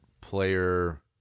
player